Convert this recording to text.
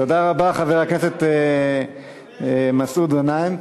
תודה רבה, חבר הכנסת מסעוד גנאים.